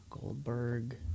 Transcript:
Goldberg